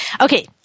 Okay